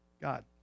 God